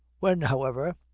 when, however,